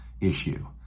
issue